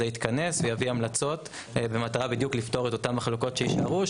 יתכנס ויביא המלצות במטרה בדיוק לפתור את אותן מחלוקות שיישארו,